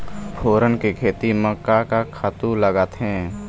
फोरन के खेती म का का खातू लागथे?